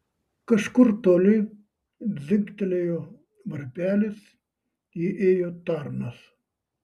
kažkur toli dzingtelėjo varpelis įėjo tarnas